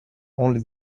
only